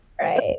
Right